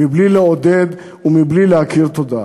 בלי לעודד ובלי להכיר תודה.